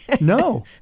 No